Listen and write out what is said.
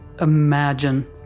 imagine